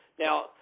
Now